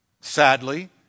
sadly